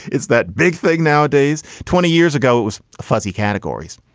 it's that big thing nowadays. twenty years ago, it was fuzzy categories.